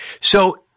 so-